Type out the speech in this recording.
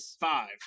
Five